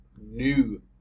new